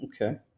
Okay